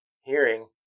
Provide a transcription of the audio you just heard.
hearing